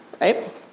Right